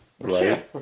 Right